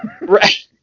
Right